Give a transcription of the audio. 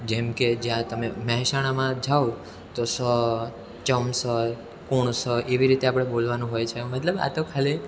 જેમકે જયાં તમે મહેસાણામાં જાઓ તો સ ચમ સ કુણ સ એવી રીતે આપણે બોલવાનું હોય છે મતલબ આ તો ખાલી